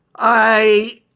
i